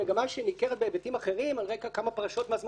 המגמה שניכרת בהיבטים אחרים על רקע כמה פרשות מהזמן